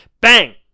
Bang